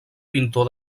pintor